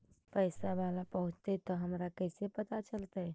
पैसा बाला पहूंचतै तौ हमरा कैसे पता चलतै?